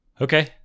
Okay